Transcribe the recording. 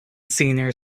senior